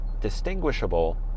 distinguishable